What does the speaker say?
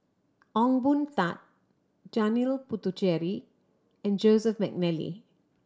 Ong Boon Tat Janil Puthucheary and Joseph McNally